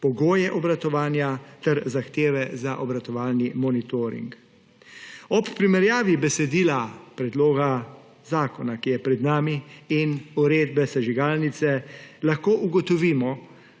pogoje obratovanja ter zahteve za obratovalni monitoring. Ob primerjavi besedila predloga zakona, ki je pred nami, in uredbe o sežigalnicah lahko ugotovimo,